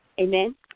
Amen